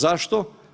Zašto?